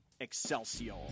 Excelsior